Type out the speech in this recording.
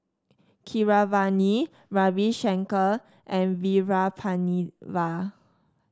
Keeravani Ravi Shankar and Veerapandiya